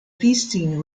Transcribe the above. feasting